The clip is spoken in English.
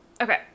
Okay